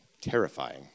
terrifying